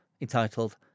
entitled